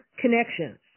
connections